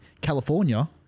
California